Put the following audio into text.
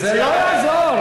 זה לא יעזור.